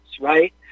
right